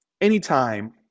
anytime